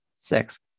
Six